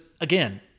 again